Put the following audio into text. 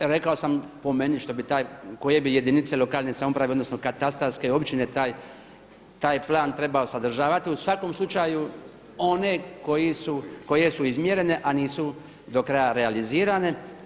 Rekao sam po meni što bi taj, koje bi jedinica lokalne samouprave odnosno katastarske općine taj plan trebao sadržavati u svakom slučaju one koje su izmjerene, a nisu do kraja realizirane.